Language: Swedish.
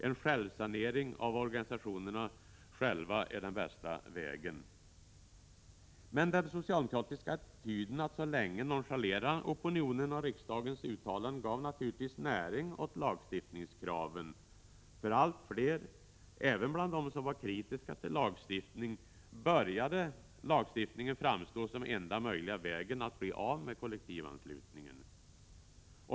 En självsanering av organisationerna själva är den bästa vägen. Den socialdemokratiska attityden att så länge nonchalera opinionen och riksdagens uttalanden gav naturligtvis näring åt lagstiftningskraven. För allt fler, även bland dem som var kritiska till lagstiftning, började lagstiftning framstå som enda möjliga vägen att bli av med kollektivanslutningen.